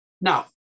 now